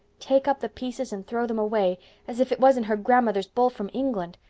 take up the pieces and throw them away as if it wasn't her grandmother's bowl from england.